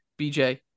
bj